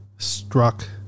struck